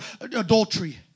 adultery